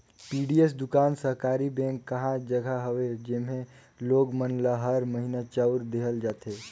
PDS दुकान सहकारी bank कहा जघा हवे जेम्हे लोग मन ल हर महिना चाँउर देहल जाथे